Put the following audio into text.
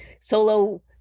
solo